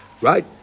Right